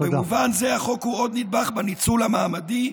תודה.